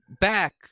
back